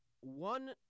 one